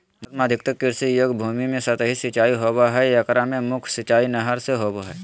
भारत में अधिकतर कृषि योग्य भूमि में सतही सिंचाई होवअ हई एकरा मे मुख्य सिंचाई नहर से होबो हई